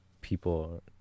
people